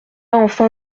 enfin